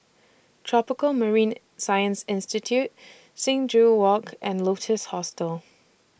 Tropical Marine Science Institute Sing Joo Walk and Lotus Hostel